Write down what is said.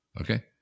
Okay